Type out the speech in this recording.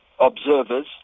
observers